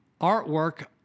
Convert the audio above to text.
artwork